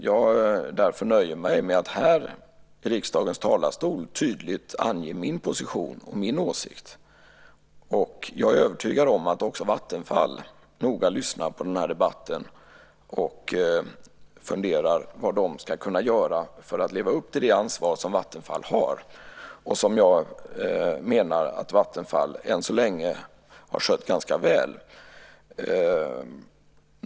Jag nöjer mig därför med att här i riksdagens talarstol tydligt ange min position och min åsikt. Jag är övertygad om att också Vattenfall noga lyssnar på debatten och funderar vad det ska kunna göra för att leva upp till det ansvar som Vattenfall har och som jag menar att Vattenfall än så länge har skött ganska väl.